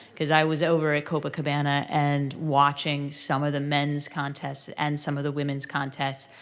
because i was over at copacabana and watching some of the men's contests and some of the women's contests.